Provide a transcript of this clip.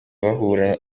bahura